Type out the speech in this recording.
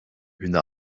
une